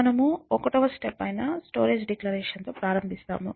మనము 1వ స్టెప్ అయిన స్టోరేజ్ డిక్లరేషన్ తో ప్రారంభిస్తాము